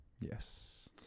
yes